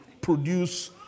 produce